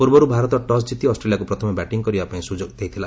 ପୂର୍ବରୁ ଭାରତ ଟସ୍ ଜିତି ଅଷ୍ଟ୍ରେଲିଆକୁ ପ୍ରଥମେ ବ୍ୟାଟିଂ କରିବା ପାଇଁ ସୁଯୋଗ ଦେଇଥିଲା